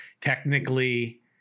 technically